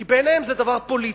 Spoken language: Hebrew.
כי בעיניהם זה דבר פוליטי?